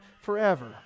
forever